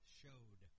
showed